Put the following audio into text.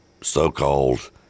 so-called